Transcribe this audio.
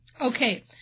Okay